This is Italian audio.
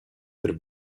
per